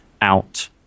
out